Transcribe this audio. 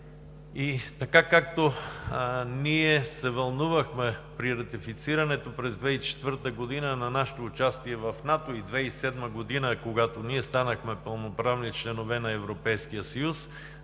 И така, както ние се вълнувахме при ратифицирането през 2004 г. на нашето участие в НАТО и през 2007 г., когато станахме пълноправни членове на Европейския съюз,